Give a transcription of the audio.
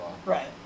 Right